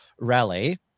rally